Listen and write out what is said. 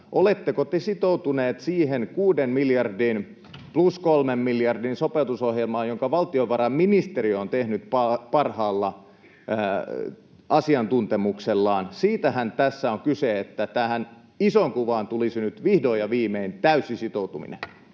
Oletteko te sitoutuneet siihen kuuden miljardin plus kolmen miljardin sopeutusohjelmaan, jonka valtiovarainministeriö on tehnyt parhaalla asiantuntemuksellaan? Siitähän tässä on kyse, että tähän isoon kuvaan tulisi nyt vihdoin ja viimein täysi sitoutuminen.